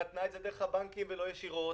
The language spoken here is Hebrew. נתנה את זה דרך הבנקים ולא ישירות,